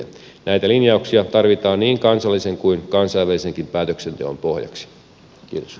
näitä linjauksia tarvitaan niin kansallisen kuin kansainvälisenkin päätöksenteon pohjaksi